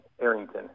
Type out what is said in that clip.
Arrington